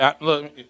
look